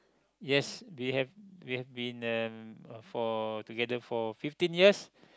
yes we have we have been uh for together for fifteen years